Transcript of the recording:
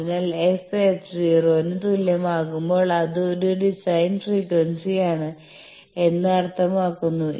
അതിനാൽ f f 0 ന് തുല്യമാകുമ്പോൾ അത് ഒരു ഡിസൈൻ ഫ്രീക്വൻസിയാണ് എന്ന് അർത്ഥമാക്കുന്നു